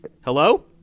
Hello